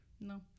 no